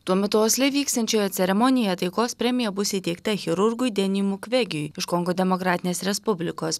tuo metu osle vyksiančioje ceremonijoje taikos premija bus įteikta chirurgui deni mukvegiui iš kongo demokratinės respublikos